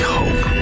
hope